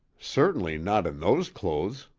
certainly not in those clothes,